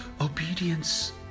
obedience